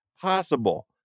possible